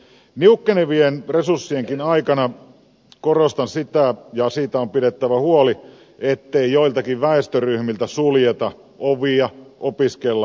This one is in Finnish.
niukkenevienkin resurssien aikana korostan sitä ja siitä on pidettävä huoli ettei joiltakin väestöryhmiltä suljeta ovia osallistua opintoihin